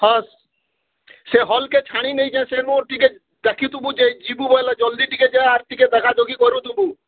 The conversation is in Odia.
ହଁ ସେ ହଲ୍କେ ଛାଡ଼ି ନେଇଛେ ସେ ମୋର୍ ଟିକେ ଦେଖିଥିବୁ ଯେ ଯିବୁ ବୋଲେ ଜଲ୍ଦି ଟିକେ ଯା ଆର୍ ଟିକେ ଦେଖାଦୁଖି କରୁଥିବୁ